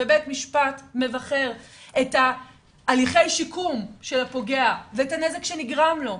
ובית משפט מבכר את הליכי השיקום של הפוגע ואת הנזק שנגרם לו,